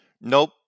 Nope